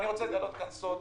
אני רוצה לגלות לכם סוד: